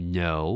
no